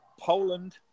Poland